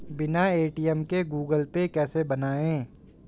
बिना ए.टी.एम के Google Pay कैसे बनायें?